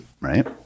right